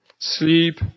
Sleep